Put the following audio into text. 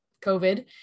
COVID